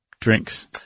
drinks